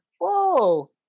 whoa